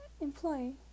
employee